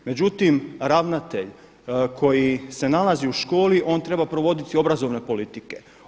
Međutim, ravnatelj koji se nalazi u školi on treba provoditi obrazovne politike.